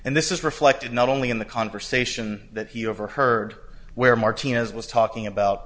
and this is reflected not only in the conversation that he overheard where martinez was talking about